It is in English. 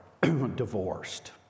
divorced